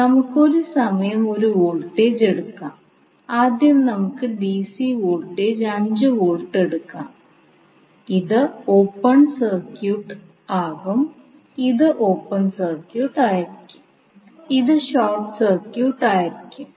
ഇപ്പോൾ ഈ വോൾട്ടേജ് ഉറവിടം നമുക്ക് നോക്കാം ഈ വിവിധ സർക്യൂട്ട് ഘടകങ്ങളെ ഫ്രീക്വൻസി ഡൊമെയ്നാക്കി മാറ്റാൻ സഹായിക്കും